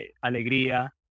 alegría